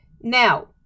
Now